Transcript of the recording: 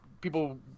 people